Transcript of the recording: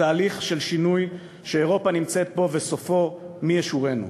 בתהליך של שינוי שאירופה נמצאת בו וסופו מי ישורנו.